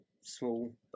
Small